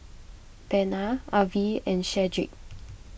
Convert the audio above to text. Bena Avie and Shedrick